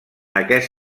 aquest